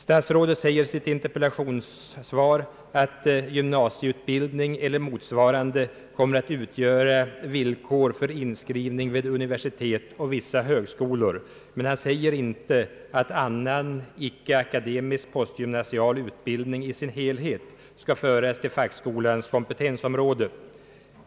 Statsrådet säger i sitt interpellationssvar, att gymnasieutbildning eller motsvarande kommer att utgöra villkor för inskrivning vid universitet och vissa högskolor, men han säger inte att annan icke akademisk postgymnasial utbildning i sin helhet skall föras till fackskolans kompetensområde.